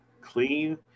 clean